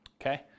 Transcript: Okay